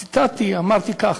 ציטטתי, אמרתי כך.